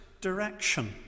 direction